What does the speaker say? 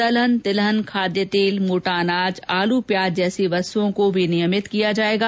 दलहन तिलहन खाद्य तेल मोटा अनाज आलू प्याज जैसी वस्तुओं को विनियमित किया जाएगा